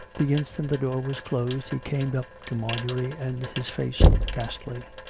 the instant the door was closed he came up to marjorie and his face looked ghastly.